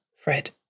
Fred